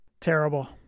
Terrible